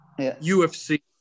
UFC